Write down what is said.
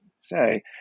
say